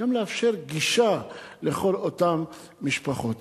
גם לאפשר גישה לכל אותן משפחות.